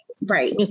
Right